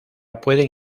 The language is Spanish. pueden